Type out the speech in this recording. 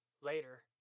Later